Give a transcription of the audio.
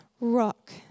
rock